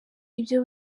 ibyo